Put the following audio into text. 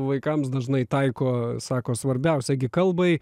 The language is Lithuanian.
vaikams dažnai taiko sako svarbiausia gi kalbai